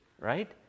right